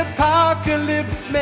Apocalypse